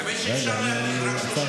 רגע, אני עצרתי.